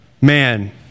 man